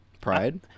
Pride